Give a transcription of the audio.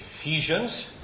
Ephesians